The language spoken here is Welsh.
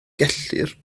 gellir